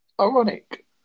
ironic